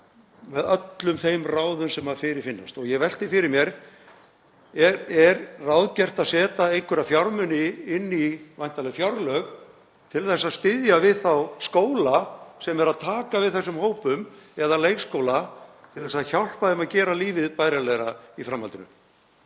með öllum þeim ráðum sem fyrirfinnast og ég velti fyrir mér: Er ráðgert að setja einhverja fjármuni inn í væntanleg fjárlög til að styðja við þá skóla og leikskóla sem eru að taka við þessum hópum til að hjálpa þeim að gera lífið bærilegra í framhaldinu?